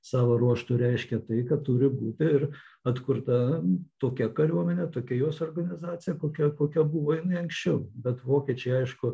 sava ruožtu reiškė tai kad turi būti ir atkurta tokia kariuomenė tokia jos organizacija kokia kokia buvai jinai anksčiau bet vokiečiai aišku